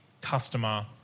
customer